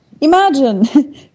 imagine